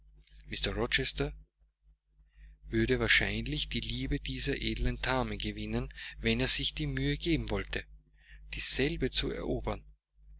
würde wahrscheinlich die liebe dieser edlen dame gewinnen wenn er sich die mühe geben wollte dieselbe zu erobern